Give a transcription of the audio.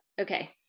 Okay